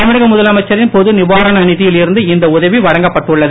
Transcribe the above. தமிழக முதலமைச்சரின் பொது நிவாரண நிதியில் இருந்து இந்த உதவி வழங்கப்பட்டுள்ளது